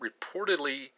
reportedly